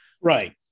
Right